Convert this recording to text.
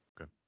okay